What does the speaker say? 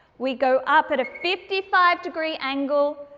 we go up at a fifty five degree angle,